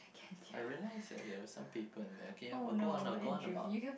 I realise that there were some paper in there okay but go on go on about